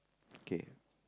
okay